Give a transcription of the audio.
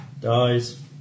Dies